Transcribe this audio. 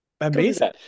Amazing